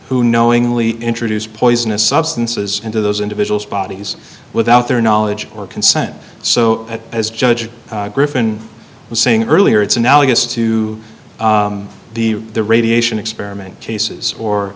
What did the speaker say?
who knowingly introduce poisonous substances into those individuals bodies without their knowledge or consent so as judge griffin was saying earlier it's analogous to the the radiation experiment cases or